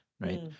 Right